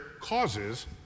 causes